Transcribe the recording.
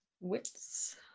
Wits